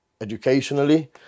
Educationally